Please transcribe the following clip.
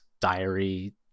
diary